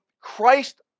Christ